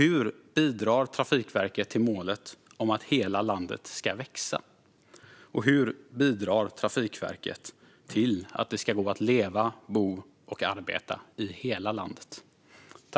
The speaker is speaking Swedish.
Hur bidrar Trafikverket till målet att hela landet ska växa, och hur bidrar Trafikverket till att det ska gå att leva, bo och arbeta i hela landet?